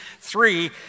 three